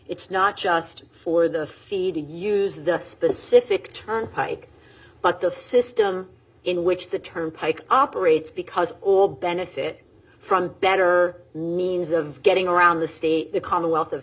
it's not just for the fee to use the specific turnpike but the system in which the turnpike operates because or benefit from a better means of getting around the state the commonwealth of